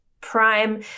prime